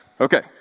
Okay